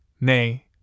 nay